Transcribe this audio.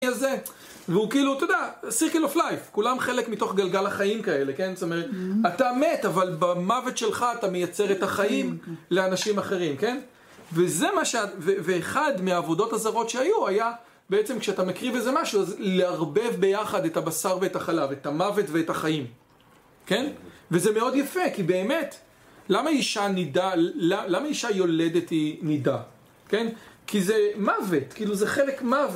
והוא כאילו אתה יודע סירקל אוף לייף כולם חלק מתוך גלגל החיים כאלה זאת אומרת אתה מת אבל במוות שלך אתה מייצר את החיים לאנשים אחרים ואחד מהעבודות הזרות שהיו היה בעצם כשאתה מקריב איזה משהו לערבב ביחד את הבשר ואת החלב את המוות ואת החיים וזה מאוד יפה כי באמת למה אישה נידה למה אישה יולדת היא נידה כי זה מוות זה חלק מוות